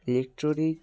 electronic